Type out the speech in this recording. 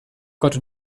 gott